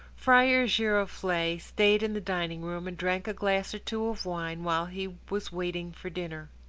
friar giroflee stayed in the dining-room, and drank a glass or two of wine while he was waiting for dinner.